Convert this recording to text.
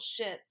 shits